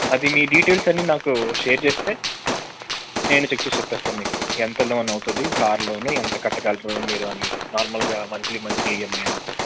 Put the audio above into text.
అది మీ డీటెయిల్స్ అన్ని నాకు షేర్ చేస్తే నేను చెక్ చేసి చెప్పేస్తాను మీకు ఎంత లోన్ అవుతుంది కారు లోను ఎంత కట్ మీరు అన్నీ నార్మల్గా మంత్లీ మంత్కి ఈ ఎం ఐ అనేది